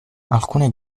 alcune